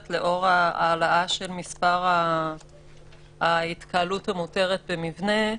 לאור ההעלאה של מספר ההתקהלות המותרת במבנה.